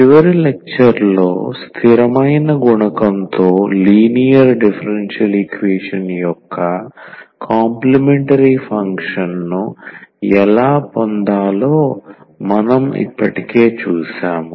చివరి లెక్చర్లో స్థిరమైన గుణకంతో లీనియర్ డిఫరెన్షియల్ ఈక్వేషన్ యొక్క కాంప్లీమెంటరీ ఫంక్షన్ ను ఎలా పొందాలో మనం ఇప్పటికే చూశాము